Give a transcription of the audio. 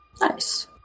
Nice